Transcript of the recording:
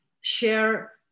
share